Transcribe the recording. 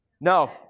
No